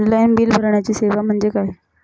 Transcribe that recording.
Online bill भरण्याची सेवा म्हणजे काय?